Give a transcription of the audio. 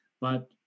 but-